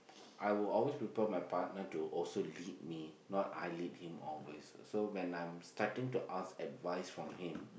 I will always prefer my partner to also lead me not I lead him always so when I'm starting to ask advice from him